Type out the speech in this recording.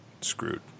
screwed